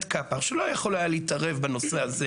קאפח שלא יכול היה להתערב בנושא הזה,